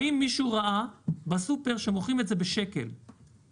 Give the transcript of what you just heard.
האם מישהו ראה בסופר שמוכרים את זה בשקל אחד?